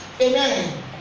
Amen